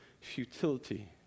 futility